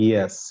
Yes